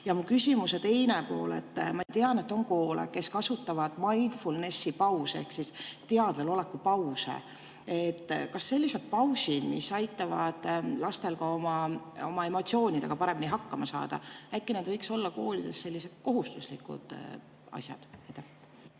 mu küsimuse teine pool. Ma tean, et on koole, kes kasutavadmindfulness'i pause ehk teadveloleku pause. Kas sellised pausid, mis aitavad lastel ka oma emotsioonidega paremini hakkama saada, äkki võiksid olla koolides kohustuslikud asjad?